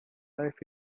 life